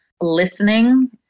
listening